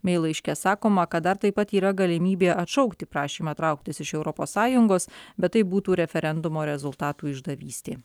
mei laiške sakoma kad dar taip pat yra galimybė atšaukti prašymą trauktis iš europos sąjungos bet tai būtų referendumo rezultatų išdavystė